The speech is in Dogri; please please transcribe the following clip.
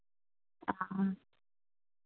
हां